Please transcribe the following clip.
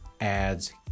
ads